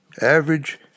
average